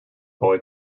boy